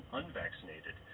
unvaccinated